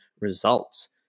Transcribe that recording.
results